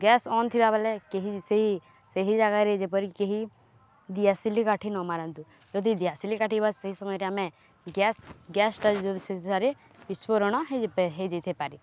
gas on ଥିବା ବେଲେ କେହି ସେହି ସେହି ଜାଗାରେ ଯେପରି କେହି ଦିଆସିଲି କାଠି ନମାରନ୍ତୁ ଯଦି ଦିଆସିଲି କାଟିବା ସେହି ସମୟରେ ଆମେ ଗ୍ୟାସ୍ ଗ୍ୟାସ୍ଟା ସେଠାରେ ବିସ୍ଫୋରଣ ହୋଇଯାଇଥଇପାରେ